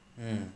mm